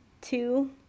Two